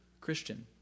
Christian